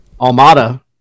Almada